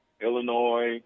Illinois